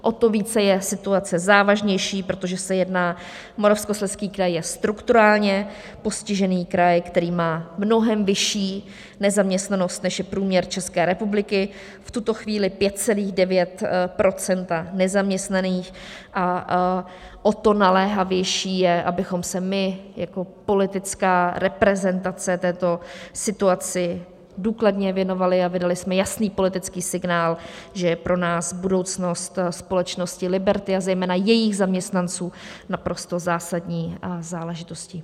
O to více je situace závažnější, protože se jedná Moravskoslezský kraj je strukturálně postižený kraj, který má mnohem vyšší nezaměstnanost, než je průměr České republiky, v tuto chvíli 5,9 % nezaměstnaných, a o to naléhavější je, abychom se my jako politická reprezentace této situaci důkladně věnovali a vydali jsme jasný politický signál, že je pro nás budoucnost společnosti Liberty, a zejména jejích zaměstnanců naprosto zásadní záležitostí.